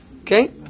Okay